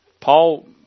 Paul